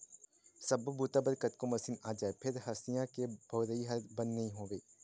सब्बो बूता बर कतको मसीन आ जाए फेर हँसिया के बउरइ ह बंद नइ होवय